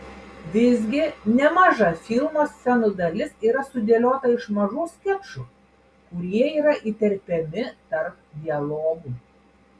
visgi nemaža filmo scenų dalis yra sudėliota iš mažų skečų kurie yra įterpiami tarp dialogų